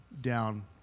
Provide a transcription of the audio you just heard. down